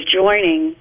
joining